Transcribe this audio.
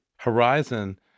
Horizon